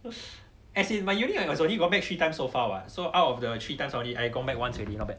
was as in my unit has only gone back three times so far [what] so out of the three times only I've got back once already not bad